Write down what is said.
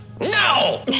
No